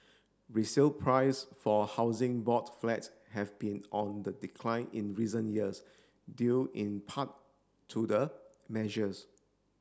resale price for Housing Board flat have been on the decline in recent years due in part to the measures